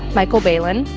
michael balan,